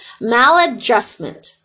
maladjustment